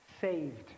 saved